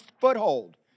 foothold